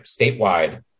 statewide